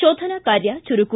ಶೋಧನಾ ಕಾರ್ಯ ಚುರುಕು